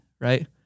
right